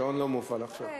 השעון לא מופעל עכשיו.